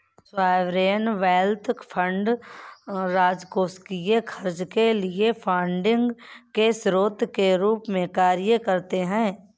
sovereign wealth fund राजकोषीय खर्च के लिए फंडिंग के स्रोत के रूप में कार्य करते हैं